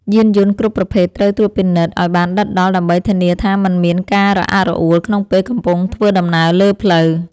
យានយន្តគ្រប់ប្រភេទត្រូវត្រួតពិនិត្យឱ្យបានដិតដល់ដើម្បីធានាថាមិនមានការរអាក់រអួលក្នុងពេលកំពុងធ្វើដំណើរលើផ្លូវ។